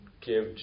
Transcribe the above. give